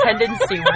tendency